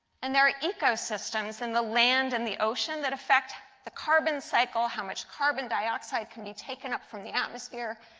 and there are ecosystems in the land in and the ocean that affect the carbon cycle, how much carbon dioxide can be taken up from the atmosphere,